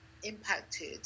impacted